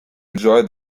enjoy